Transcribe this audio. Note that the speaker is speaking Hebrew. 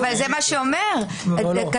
אבל זה מה שזה אומר, כתוב.